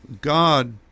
God